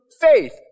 faith